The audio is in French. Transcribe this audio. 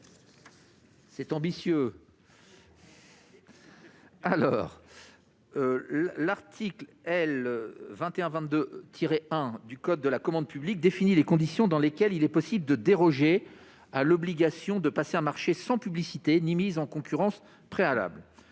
C'est audacieux, en effet ! L'article L. 2122-1 du code de la commande publique définit les conditions dans lesquelles il est possible de déroger à l'obligation de passer un marché sans publicité ni mise en concurrence préalables.